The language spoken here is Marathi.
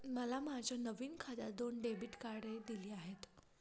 मला माझ्या नवीन खात्यात दोन डेबिट कार्डे दिली आहेत